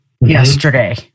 yesterday